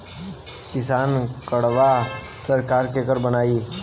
किसान कार्डवा सरकार केकर बनाई?